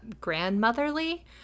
grandmotherly